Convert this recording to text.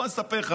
בוא אני אספר לך,